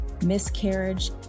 miscarriage